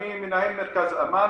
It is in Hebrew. אני מנהל מרכז 'אמאן',